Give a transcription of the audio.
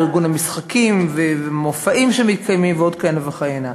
בארגון המשחקים ומופעים שמתקיימים ועוד כהנה וכהנה.